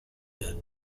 that